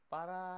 Para